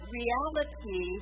reality